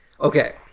okay